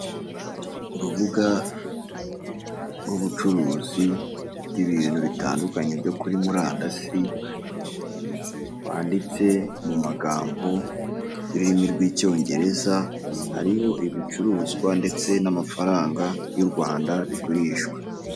Urubuga rw'ubucuruzi bw'ibintu bitandukanye byo kuri murandasi, rwanditse mu magambo y'ururimi rw'Icyongereza, hariho ibicuruzwa ndetse n'amafaranga y'u Rwanda bigurishwa.